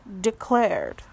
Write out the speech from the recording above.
declared